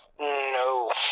No